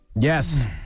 Yes